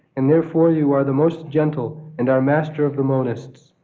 and therefore you are the most gentle and are master of the monists.